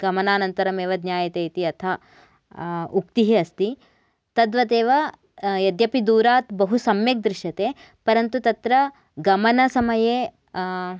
गमनानन्तरम् एव ज्ञायते इति अतः उक्तिः अस्ति तद्वत् एव यद्यपि दूरात् बहु सम्यक् दृश्यते परन्तु तत्र गमनसमये